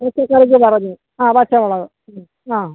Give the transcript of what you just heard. പച്ചക്കറിക്ക് പറഞ്ഞു ആ പച്ചമുളക് മ് അ